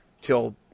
till